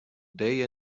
day